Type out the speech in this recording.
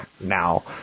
now